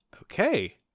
Okay